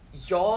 your